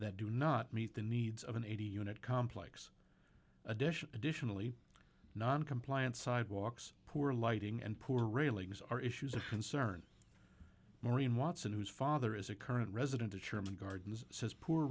that do not meet the needs of an eighty unit complex addition additionally non compliant sidewalks poor lighting and poor railings are issues of concern maureen watson whose father is a current resident of sherman gardens says poor